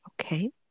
okay